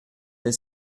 est